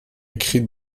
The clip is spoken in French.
écrit